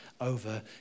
over